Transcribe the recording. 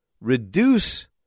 reduce